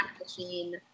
Machine